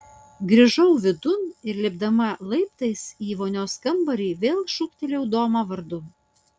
grįžau vidun ir lipdama laiptais į vonios kambarį vėl šūktelėjau domą vardu